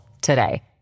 today